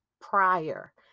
prior